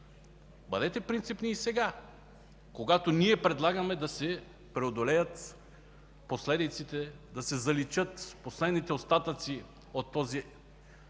Бъдете принципни и сега, когато ние предлагаме да се преодолеят последиците, да се заличат последните остатъци от този